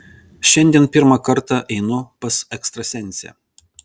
šiandien pirmą kartą einu pas ekstrasensę